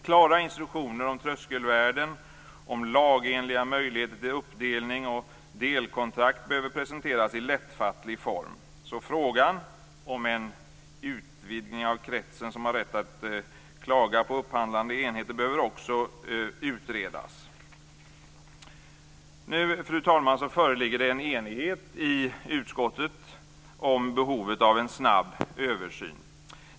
Klara instruktioner om tröskelvärden, om lagenliga möjligheter till uppdelning och delkontrakt behöver presenteras i lättfattlig form. Frågan om en utvidgning av den krets som har rätt att klaga på upphandlande enheter behöver utredas. Det föreligger, fru talman, enighet i utskottet om behovet av en snabb översyn.